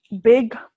big